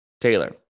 Taylor